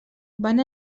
van